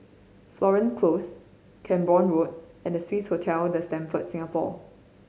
Florence Close Camborne Road and Swissotel The Stamford Singapore